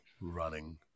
running